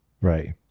Right